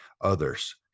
others